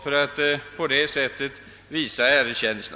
Därigenom skulle de visas större erkänsla.